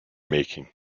making